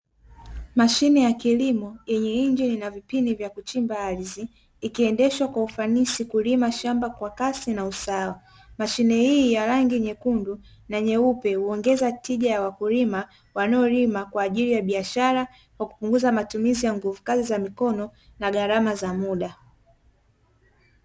Mashine ya kilimo yenye injini na vipini vya kuchimba ardhi, ikiendeshwa kwa ufanisi kulima shamba kwa kasi na usawa. Mashine hii ya rangi nyekundu na nyeupe huongeza tija ya wakulima wanaolima kwa ajili ya biashara, kwa kupunguza matumizi ya nguvu kazi za mikono na gharama za muda.